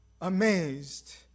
amazed